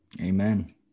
Amen